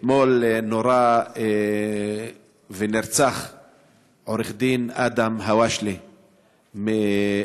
אתמול נורה ונרצח עורך דין אדם אל-הואשלה ממולדה,